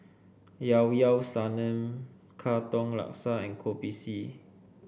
Llao Llao Sanum Katong Laksa and Kopi C